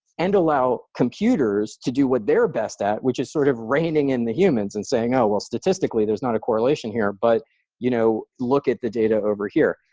and allow computers to do what they're best at, which is sort of reigning in the humans and saying, oh, well statistically there's not a correlation here, but you know look at the data over here.